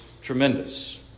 tremendous